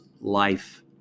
life